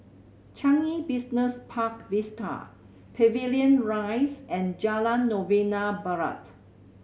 Changi Business Park Vista Pavilion Rise and Jalan Novena Barat